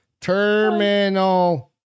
terminal